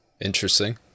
interesting